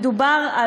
מדובר,